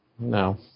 No